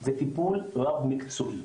זה טיפול רב מקצועי.